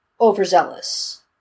overzealous